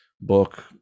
book